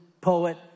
poet